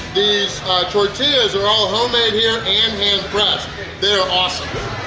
these tortillas are all homemade here and hand pressed they're awesome!